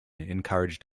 encouraged